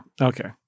Okay